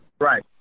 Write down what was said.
Right